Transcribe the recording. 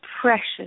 precious